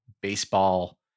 baseball